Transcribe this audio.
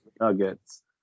Nuggets